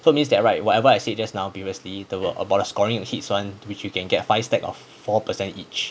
so means that right whatever I said just now previously that were about the scoring hits one which you can get five stack of four percent each